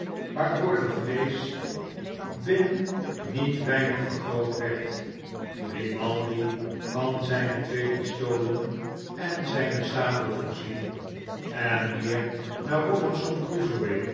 waardoor de vrees binnen niet weinig vergroot werd grimaldi van zijne twee pistolen en zijne sabel voorzien en meer naar robinson crusoe